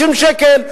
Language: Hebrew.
50 שקל,